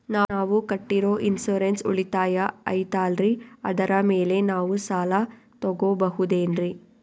ನಾವು ಕಟ್ಟಿರೋ ಇನ್ಸೂರೆನ್ಸ್ ಉಳಿತಾಯ ಐತಾಲ್ರಿ ಅದರ ಮೇಲೆ ನಾವು ಸಾಲ ತಗೋಬಹುದೇನ್ರಿ?